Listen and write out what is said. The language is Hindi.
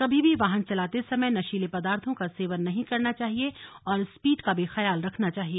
कभी भी वाहन चलाते समय नशीले पदार्थों का सेवन नहीं करना चाहिए और स्पीड का भी ख्याल रखना चाहिए